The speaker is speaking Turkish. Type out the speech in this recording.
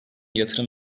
yatırım